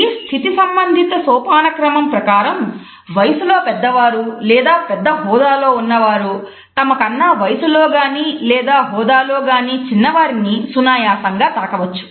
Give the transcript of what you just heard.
ఈ స్థితి సంబంధిత సోపానక్రమం ప్రకారం వయసులో పెద్దవారు లేదా పెద్ద హోదాలో ఉన్నవారు తమకన్నా వయసులో గాని లేదా హోదా లో గాని చిన్న వారిని సునాయాసంగా తాకవచ్చు